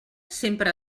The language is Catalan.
sempre